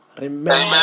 Remember